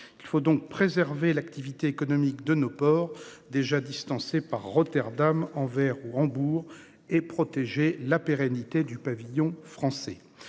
Il faut donc préserver l'activité économique de nos ports, déjà distancés par Rotterdam, Anvers ou Hambourg, et la pérennité du pavillon français.